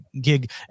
gig